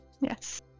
Yes